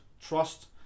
trust